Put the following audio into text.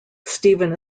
steven